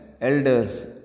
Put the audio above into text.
elders